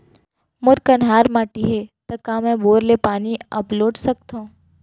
मोर कन्हार माटी हे, त का मैं बोर ले पानी अपलोड सकथव?